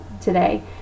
today